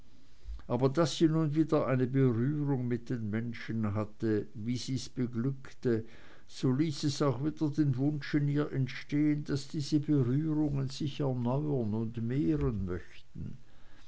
aber daß sie nun wieder eine berührung mit den menschen hatte wie sie's beglückte so ließ es auch wieder den wunsch in ihr entstehen daß diese berührungen sich erneuern und mehren möchten